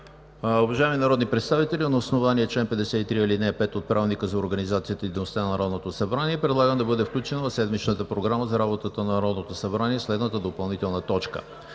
Уважаеми народни представители, на основание чл. 53, ал. 5 от Правилника за организацията и дейността на Народното събрание предлагам да бъде включен в седмичната Програма за работата на Народното събрание следната допълнителна точка